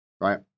right